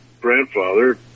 grandfather